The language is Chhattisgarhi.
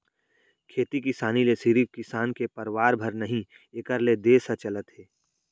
खेती किसानी ले सिरिफ किसान के परवार भर नही एकर ले देस ह चलत हे